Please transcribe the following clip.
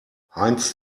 heinz